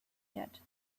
yet